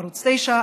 ערוץ 9,